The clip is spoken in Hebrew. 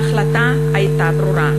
ההחלטה הייתה ברורה.